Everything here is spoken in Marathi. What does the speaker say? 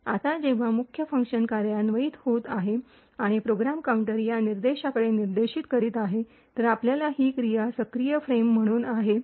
आता जेव्हा मुख्य फंक्शन कार्यान्वित होत आहे आणि प्रोग्राम काउंटर या निर्देशाकडे निर्देश करीत आहे तर आपल्याकडे ही क्रिया सक्रिय फ्रेम म्हणून आहे